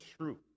truth